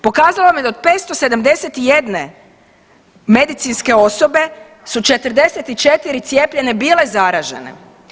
Pokazalo vam je da od 571 medicinske osobe su 44 cijepljene bile zaražene.